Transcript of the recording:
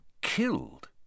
killed